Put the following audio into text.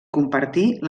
compartir